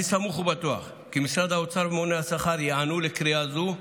אני סמוך ובטוח כי משרד האוצר והממונה על השכר ייענו לקריאה זו,